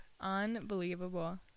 Unbelievable